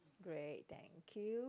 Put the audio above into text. great thank you